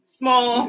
small